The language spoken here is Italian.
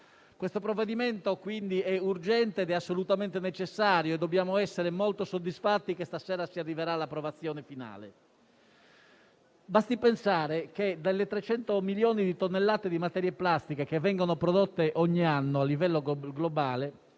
Questo provvedimento quindi è urgente ed è assolutamente necessario, e dobbiamo essere molto soddisfatti del fatto che stasera si arriverà alla sua approvazione finale. Basti pensare che, dei 300 milioni di tonnellate di materie plastiche che vengono prodotte ogni anno a livello globale,